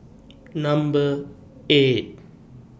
Number eight